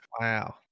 Wow